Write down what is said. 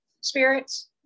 spirits